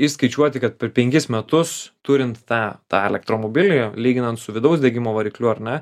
išskaičiuoti kad per penkis metus turint tą tą elektromobilį lyginant su vidaus degimo varikliu ar ne